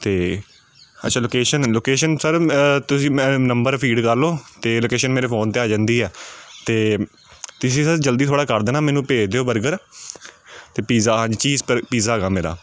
ਅਤੇ ਅੱਛਾ location location sir ਤੁਸੀਂ ਮੈਂ ਨੰਬਰ ਫੀਡ ਕਰ ਲਓ ਅਤੇ ਲੋਕੇਸ਼ਨ ਮੇਰੇ ਫੋਨ 'ਤੇ ਆ ਜਾਂਦੀ ਆ ਅਤੇ ਤੁਸੀਂ ਸਰ ਜਲਦੀ ਥੋੜ੍ਹਾ ਕਰ ਦੇਣਾ ਮੈਨੂੰ ਭੇਜ ਦਿਓ ਬਰਗਰ ਅਤੇ ਪੀਜ਼ਾ ਹਾਂਜੀ ਚੀਜ਼ ਪ ਪੀਜ਼ਾ ਹੈਗਾ ਮੇਰਾ